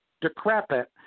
decrepit